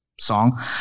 song